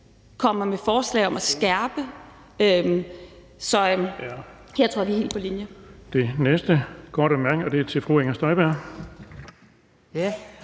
kommer med forslag om at skærpe. Så jeg tror, vi er helt på linje.